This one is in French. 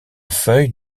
feuille